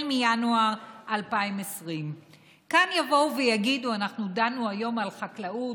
מינואר 2020. אנחנו דנו היום על חקלאות.